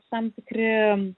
tam tikri